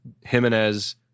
Jimenez